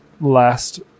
last